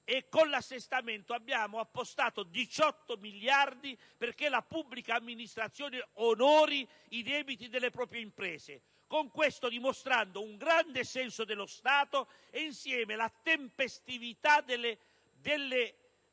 e con l'assestamento abbiamo appostato 18 miliardi perché la pubblica amministrazione onori i debiti delle proprie imprese, con questo dimostrando un grande senso dello Stato e, insieme, la tempestività delle mosse